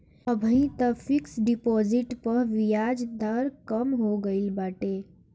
अबही तअ fix deposit पअ बियाज दर कम हो गईल बाटे